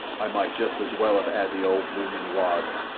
i might jest as well of ad the whole bloomin wad.